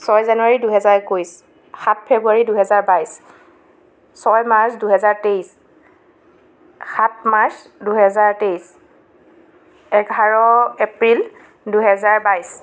ছয় জানুৱাৰী দুহেজাৰ একৈছ সাত ফেব্ৰুৱাৰী দুহেজাৰ বাইছ ছয় মাৰ্চ দুহেজাৰ তেইছ সাত মাৰ্চ দুহেজাৰ তেইছ এঘাৰ এপ্ৰিল দুহেজাৰ বাইছ